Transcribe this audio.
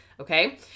okay